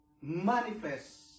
manifest